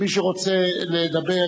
מי שרוצה לדבר,